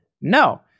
No